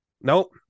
Nope